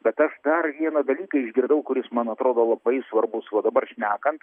bet aš dar vieną dalyką išgirdau kuris man atrodo labai svarbus va dabar šnekant